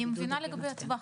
אני מבינה לגבי הטווח.